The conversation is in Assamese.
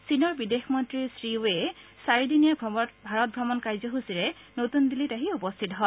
চীনৰ বিদেশ মন্ত্ৰী শ্ৰীৰেয়ে চাৰিদিনীয়া ভাৰত ভ্ৰমণ কায্যসূচীৰে মঙলবাৰে নতুন দিল্লীত আহি উপস্থিত হয়